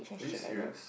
please serious